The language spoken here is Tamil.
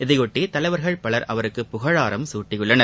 இதையொட்டி தலைவர்கள் பவர் அவருக்கு புகழாரம் சூட்டியுள்ளனர்